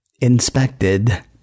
inspected